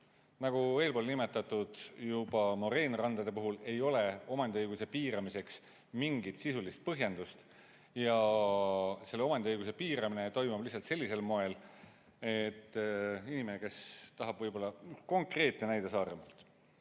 juba eespool nimetatud moreenrandade puhul ei ole omandiõiguse piiramiseks mingit sisulist põhjendust. Ja selle omandiõiguse piiramine toimub lihtsalt sellisel moel, et inimene, kes tahab võib-olla ... Konkreetne näide Saaremaalt.